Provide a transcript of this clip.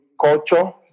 culture